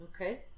Okay